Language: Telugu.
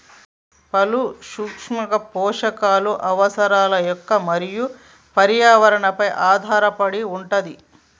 పలు సూక్ష్మ పోషకాలు అవసరాలు మొక్క మరియు పర్యావరణ పై ఆధారపడి వుంటది